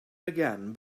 again